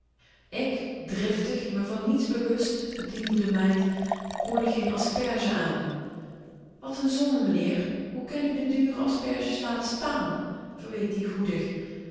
ik driftig me van niets bewust bediende de meid roerde geen asperge aan wat n zonde meneer hoe ken u de dure asperges laten staan verweet die goedig